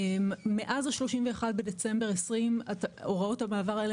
מאז ה-31 בדצמבר 2020 הוראות המעבר האלה